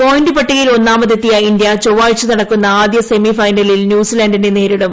point പട്ടികയിൽ ഒന്നാമതെത്തിയ India ചൊവ്വാഴ്ച നടക്കുന്ന ആദ്യ സെമിഫൈനലിൽ ന്യൂസിലന്റിനെ നേരിടും